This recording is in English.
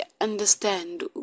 understand